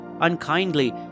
unkindly